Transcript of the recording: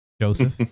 joseph